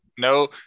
No